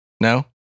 No